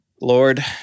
Lord